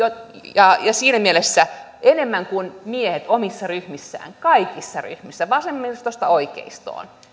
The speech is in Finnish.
ja siinä mielessä enemmän kuin miehet omissa ryhmissään kaikissa ryhmissä vasemmistosta oikeistoon